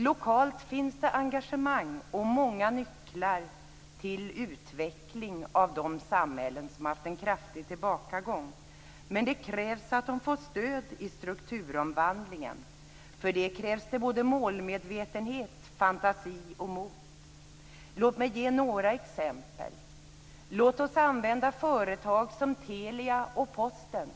Lokalt finns det engagemang, och där finns det många nycklar till utveckling av de samhällen som haft en kraftig tillbakagång. Men det krävs att de får stöd i strukturomvandlingen. För detta krävs det målmedvetenhet, fantasi och mod. Låt mig ge några exempel. Låt oss använda företag som Telia och Posten